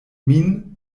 min